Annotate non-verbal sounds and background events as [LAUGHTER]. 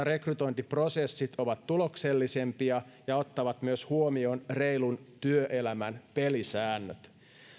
[UNINTELLIGIBLE] rekrytointiprosessit ovat tuloksellisempia ja ottavat huomioon myös reilun työelämän pelisäännöt